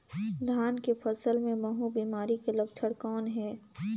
धान के फसल मे महू बिमारी के लक्षण कौन हे?